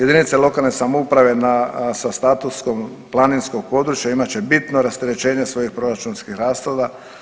Jedinice lokalne samouprave na, sa statusom planinskog područja imat će bitno rasterećenje svojih proračunskih rashoda.